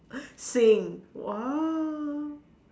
saying !wow!